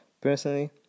Personally